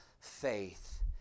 faith